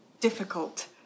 difficult